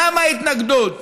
למה ההתנגדות?